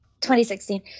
2016